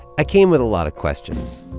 i came with a lot of questions.